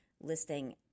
listing